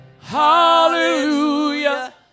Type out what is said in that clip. hallelujah